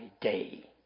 day